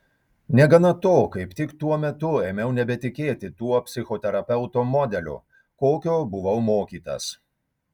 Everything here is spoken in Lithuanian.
negana to kaip tik tuo metu ėmiau nebetikėti tuo psichoterapeuto modeliu kokio buvau mokytas